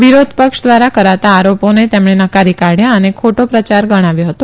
વિરોધપક્ષ દ્વારા કરાતા આરોપોને તેમણે નકારી કાઢયા અને ખોટો પ્રયાર ગણાવ્યો હતો